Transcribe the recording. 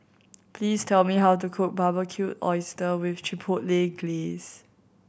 please tell me how to cook Barbecued Oyster with Chipotle Glaze